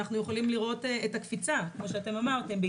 אנחנו יכולים לראות את הקפיצה בעידן